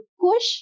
push